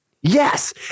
yes